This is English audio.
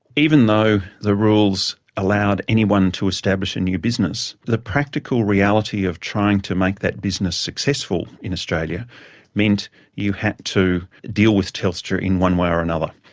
even though the rules allowed anyone to establish a new business, the practical reality of trying to make that business successful in australia meant you had to deal with telstra in one way or another.